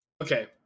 Okay